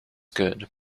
good